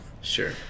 Sure